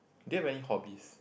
then when you hobbies